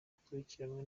akurikiranwe